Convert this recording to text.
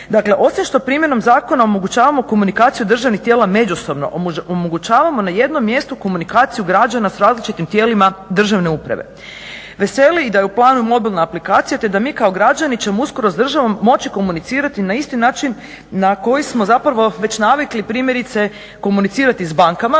Dakle, osim što primjenom zakona omogućavamo komunikaciju državnih tijela međusobno omogućavamo na jednom mjestu komunikaciju građana sa različitim tijelima državne uprave. Veseli i da je u planu mobilna aplikacija, te da mi kao građani ćemo uskoro s državom moći komunicirati na isti način na koji smo zapravo već navikli primjerice komunicirati sa bankama